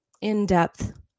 in-depth